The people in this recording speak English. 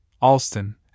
Alston